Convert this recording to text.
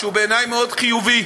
שהוא בעיני מאוד חיובי,